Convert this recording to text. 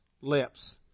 lips